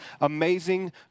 Amazing